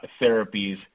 therapies